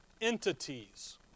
entities